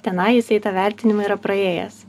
tenai jisai tą vertinimą yra praėjęs